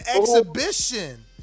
exhibition